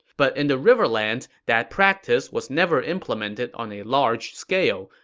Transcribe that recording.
but in the riverlands, that practice was never implemented on a large scale,